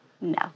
No